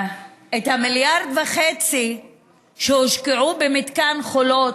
המיליארד וחצי שהושקעו במתקן חולות,